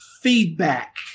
feedback